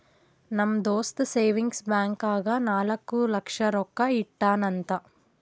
ನಮ್ ದೋಸ್ತ savings bank ನಾಗ್ ನಾಲ್ಕ ಲಕ್ಷ ರೊಕ್ಕಾ ಇಟ್ಟಾನ್ ಅಂತ್